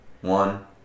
one